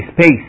space